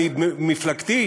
ומפלגתי,